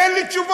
אין לי תשובות.